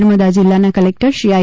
નર્મદા જિલ્લાના કલેકટર શ્રી આઈ